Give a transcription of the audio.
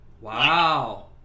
Wow